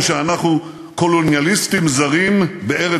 הזיקה הזאת מגובה במחקר ארכיאולוגי שאין דומה